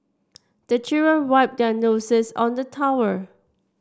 the children wipe their noses on the towel